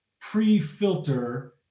pre-filter